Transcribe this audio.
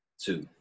two